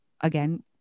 again